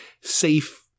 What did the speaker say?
safe